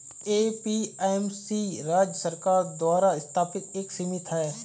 APMC राज्य सरकार द्वारा स्थापित एक समिति है